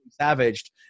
savaged